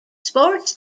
sports